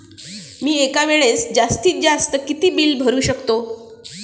मी एका वेळेस जास्तीत जास्त किती बिल भरू शकतो?